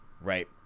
right